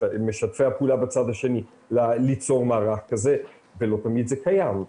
את משתפי הפעולה בצד השני ליצור מערך כזה ולא תמיד זה קיים.